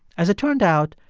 as it turned out,